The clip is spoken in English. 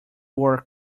work